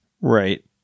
right